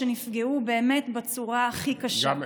שנפגעו באמת בצורה הכי קשה.